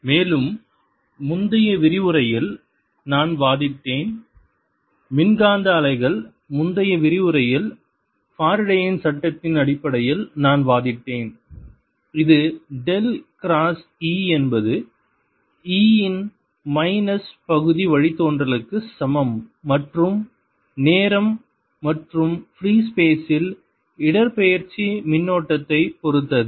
மேலும் முந்தைய விரிவுரையில் நான் வாதிட்டேன் மின்காந்த அலைகள் முந்தைய விரிவுரையில் ஃபாரடேயின் Faradays சட்டத்தின் அடிப்படையில் நான் வாதிட்டேன் இது டெல் கிராஸ் E என்பது B இன் மைனஸ் பகுதி வழித்தோன்றலுக்கு சமம் மற்றும் நேரம் மற்றும் ஃப்ரீ ஸ்பெசில் இடப்பெயர்ச்சி மின்னோட்டத்தை பொறுத்தது